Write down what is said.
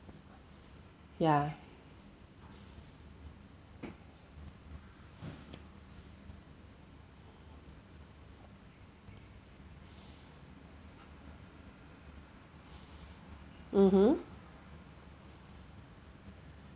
yeah mmhmm